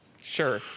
Sure